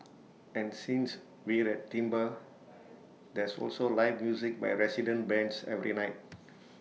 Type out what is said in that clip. and since we're at s there's also live music by resident bands every night